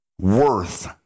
worth